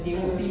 mm